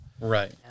right